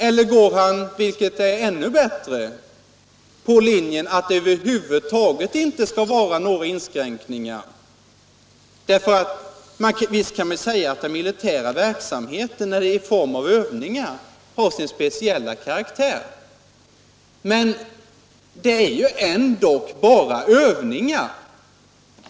Eller går han, vilket är ännu bättre, på linjen att det över huvud taget inte skall vara några inskränkningar? Visst kan vi säga att den militära verksamheten i form av övningar har sin speciella karaktär, men det är ju ändock bara fråga om övningar.